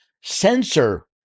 censor